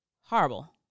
horrible